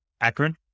Akron